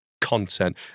content